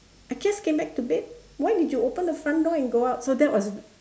I just came back to bed why did you open the front door and go out so that was